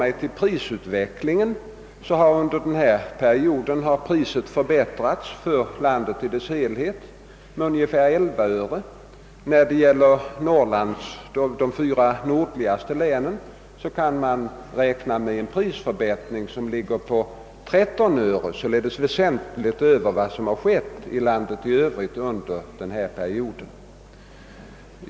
Beträffande prisutvecklingen finner vi att mjölkpriset under samma period för landet i dess helhet har stigit med 11 öre. För de fyra nordligaste länen kan vi räkna med en prisförhöjning av 13 öre, således en väsentlig förbättring av priset i förhållande till landet i dess helhet under denna period.